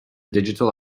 digital